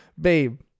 Babe